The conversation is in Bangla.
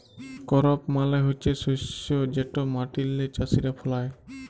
করপ মালে হছে শস্য যেট মাটিল্লে চাষীরা ফলায়